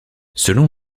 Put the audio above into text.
selon